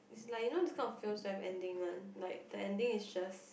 its like you know this kind of films don't have ending one the ending is just